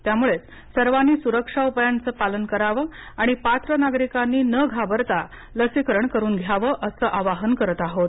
त्यामुळे सर्वांनीच सुरक्षा उपायांचं पालन करावं आणि पात्र नागरिकांनी न घाबरता लसीकरण करून घ्यावं असं आवाहन करत आहोत